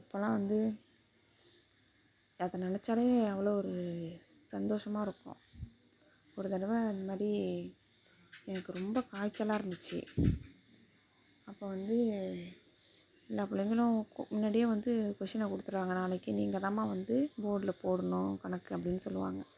இப்போலாம் வந்து அதை நினச்சாலே அவ்வளோ ஒரு சந்தோஷமாக இருக்கும் ஒரு தடவை அது மாதிரி எனக்கு ரொம்ப காய்ச்சலாக இருந்துச்சு அப்போ வந்து எல்லா பிள்ளைங்களும் கொ முன்னாடியே வந்து கொஷினை கொடுத்துருவாங்க நாளைக்கு நீங்கள் தாம்மா வந்து போட்ல போடணும் கணக்கு அப்படின்னு சொல்லுவாங்கள்